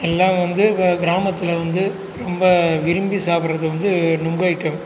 எல்லாம் வந்து கிராமத்தில் வந்து ரொம்ப விரும்பி சாப்பறது வந்து நுங்கு ஐட்டம்